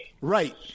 Right